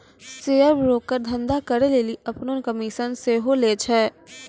share broker धंधा करै लेली अपनो कमिशन सेहो लै छै